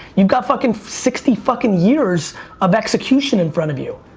you've got fuckin' sixty fuckin' years of execution in front of you.